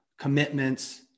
commitments